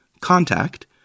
contact